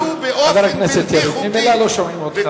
חבר הכנסת יריב לוין, ממילא לא שומעים אותך.